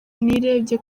nirebye